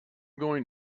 going